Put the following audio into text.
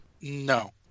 No